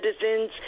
citizens